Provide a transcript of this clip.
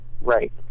right